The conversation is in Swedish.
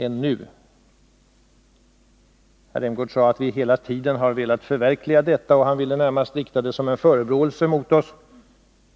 Herr Rämgård sade att vi hela tiden velat förverkliga denna tanke, och han tycktes närmast rikta det som en förebråelse mot oss.